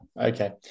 Okay